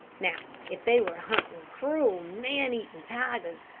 now if they were hunting cruel, man-eating tigers,